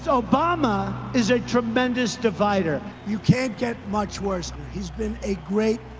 so obama is a tremendous divider you can't get much worse. he's been a great,